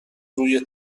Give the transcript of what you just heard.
روی